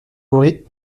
bourré